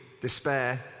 despair